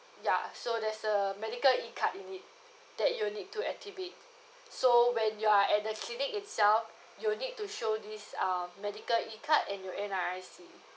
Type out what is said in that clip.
ya so there's a medical E card in it that you'll need to activate so when you're at the clinic itself you'll need to show this um medical E card and your N_R_I_C